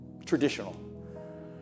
Traditional